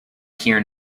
here